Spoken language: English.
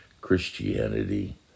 Christianity